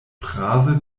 prave